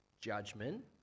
judgment